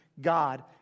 God